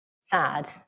sad